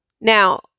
Now